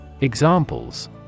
Examples